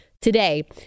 today